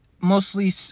Mostly